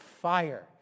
fire